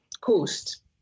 coast